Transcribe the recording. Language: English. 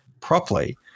properly